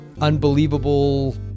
unbelievable